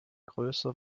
größer